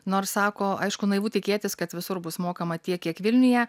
nors sako aišku naivu tikėtis kad visur bus mokama tiek kiek vilniuje